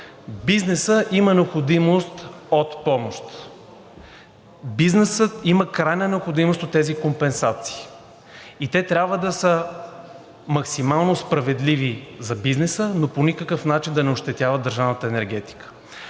бизнесът има необходимост от помощ, бизнесът има крайна необходимост от тези компенсации и те трябва да са максимално справедливи за бизнеса, но по никакъв начин да не ощетяват държавната енергетика.